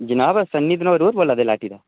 जनाब सन्नी बनोर होर बोल्ला दे लाटी दा